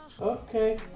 okay